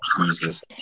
Jesus